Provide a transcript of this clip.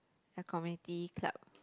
ya community club